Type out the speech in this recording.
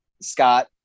scott